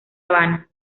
habana